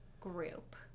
group